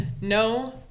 no